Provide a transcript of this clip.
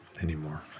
anymore